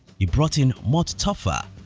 he brought in mort topfer,